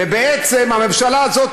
ובעצם הממשלה הזאת,